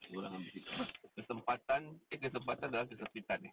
orang ambil kesempatan kesempatan dalam kesempitan